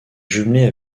jumelée